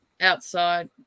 outside